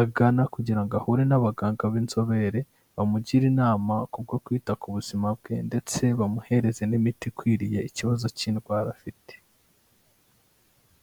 agana kugira ngo ahure n'abaganga b'inzobere bamugire inama kubwo kwita ku buzima bwe ndetse bamuhereze n'imiti ikwiriye ikibazo cy'indwara afite.